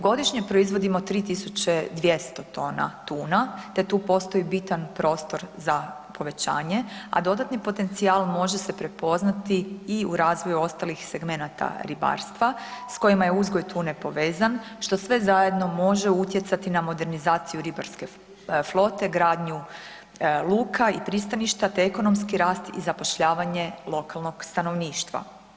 Godišnje proizvodimo 3.200 tona tuna te tu postoji bitan prostor za povećanje, a dodatni potencijal može se prepoznati i u razvoju ostalih segmenata ribarstva s kojima je uzgoj tune povezan što sve zajedno može utjecati na modernizaciju ribarske flote, gradnju luka i pristaništa te ekonomski rast i zapošljavanje lokalnog stanovništva.